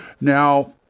Now